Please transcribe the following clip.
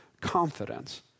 confidence